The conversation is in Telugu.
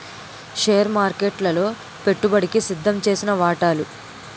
షేర్ మార్కెట్లలో పెట్టుబడికి సిద్దంచేసిన వాటాలు